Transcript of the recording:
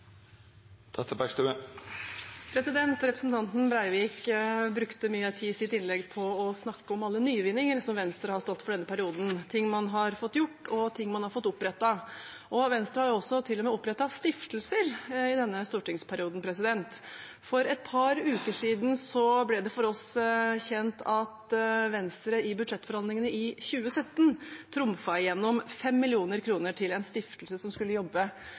replikkordskifte. Representanten Breivik brukte mye tid i sitt innlegg på å snakke om alle nyvinninger som Venstre har stått for i denne perioden – ting man har fått gjort, og ting man har fått opprettet. Venstre har til og med opprettet stiftelser i denne stortingsperioden. For et par uker siden ble det for oss kjent at Venstre i budsjettforhandlingene i 2017 trumfet gjennom 5 mill. kr til en stiftelse som skulle jobbe